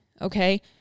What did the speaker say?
okay